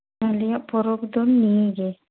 ᱟᱞᱮᱭᱟᱜ ᱯᱚᱨᱚᱵᱽ ᱫᱚ ᱱᱤᱭᱟᱹ ᱜᱮ